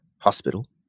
hospital